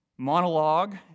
monologue